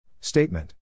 Statement